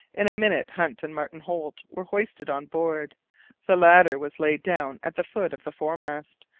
in a minute hunt and martin holt were hoisted on board the latter was laid down at the foot of the foremast,